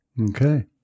Okay